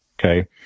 Okay